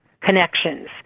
connections